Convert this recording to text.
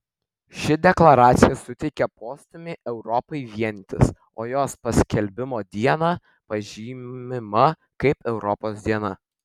ši deklaracija suteikė postūmį europai vienytis o jos paskelbimo diena pažymima kaip europos diena